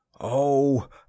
Oh